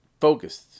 focused